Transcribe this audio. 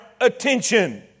attention